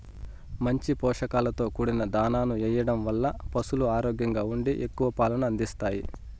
మంచి పోషకాలతో కూడిన దాణాను ఎయ్యడం వల్ల పసులు ఆరోగ్యంగా ఉండి ఎక్కువ పాలను అందిత్తాయి